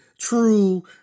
true